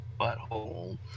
Butthole